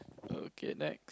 oh okay next